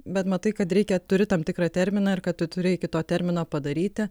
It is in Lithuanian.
bet matai kad reikia turi tam tikrą terminą ir kad tu turi iki to termino padaryti